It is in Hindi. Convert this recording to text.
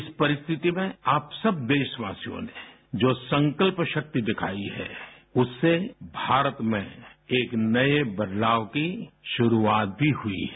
इस परिस्थिति में आप सब देशवासियों ने जो संकल्प शक्ति दिखाई है उससे भारत में एक नए बदलाव की शुरुआत भी हुई है